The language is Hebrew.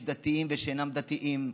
יש דתיים ושאינם דתיים.